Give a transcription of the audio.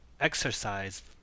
exercise